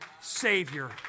Savior